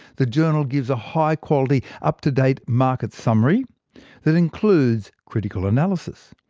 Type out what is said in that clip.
the journal gives a high-quality up-to-date market summary that includes critical analysis,